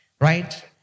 right